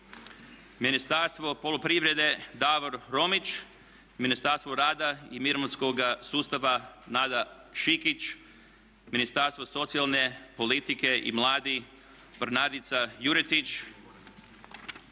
Ministarstvo poljoprivrede Davor Romić. Ministarstvo rada i mirovinskoga sustava Nada Šikić. Ministarstvo socijalne politike i mladih Bernardica Juretić.